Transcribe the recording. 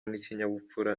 n’ikinyabupfura